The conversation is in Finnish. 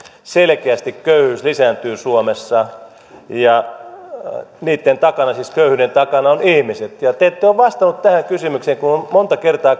selkeästi köyhyys lisääntyy suomessa ja köyhyyden takana on ihmiset te ette ole vastannut tähän kysymykseen kun olen monta kertaa